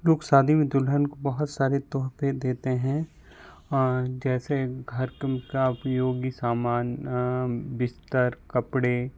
लोग शादी में दुल्हन को बहुत सारे तोहफे देते हैं जैसे घर काम का उपयोगी सामान बिस्तर कपड़े